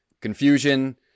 Confusion